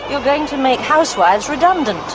you're going to make housewives redundant.